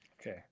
okay